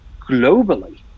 globally